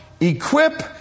Equip